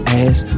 ass